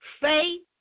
Faith